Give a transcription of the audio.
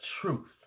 truth